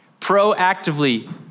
proactively